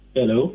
Hello